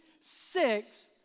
six